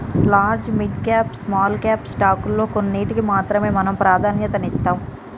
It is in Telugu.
large, mid cap, small cap స్టాకుల్లో కొన్నిటికి మాత్రమే మనం ప్రాధన్యతనిత్తాం